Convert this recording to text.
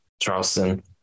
Charleston